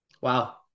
Wow